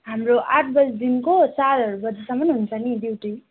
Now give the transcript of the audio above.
हाम्रो आठ बजीदेखिको चारहरू बजीसम्म हुन्छ नि ड्युटी